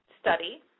study